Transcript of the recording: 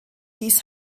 dies